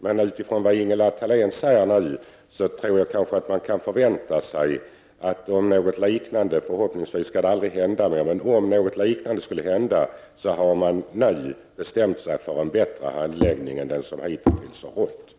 Men utifrån det som Ingela Thalén nu sade tror jag att man kan förvänta sig att om något liknande — förhoppningsvis blir det inte aktuellt — skulle hända har man bestämt sig för en bättre handläggning än den som hitintills har skett.